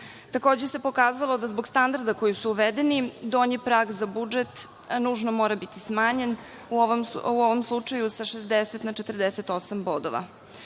se pokazalo da zbog standarda koji su uvedeni, donji prag za budžet nužno mora biti smanjen, u ovom slučaju sa 60 na 48 bodova.